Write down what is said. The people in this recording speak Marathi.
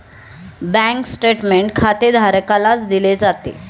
बँक स्टेटमेंट खातेधारकालाच दिले जाते